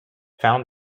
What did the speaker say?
found